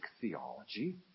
theology